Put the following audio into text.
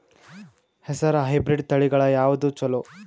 ಹೆಸರ ಹೈಬ್ರಿಡ್ ತಳಿಗಳ ಯಾವದು ಚಲೋ?